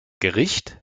gericht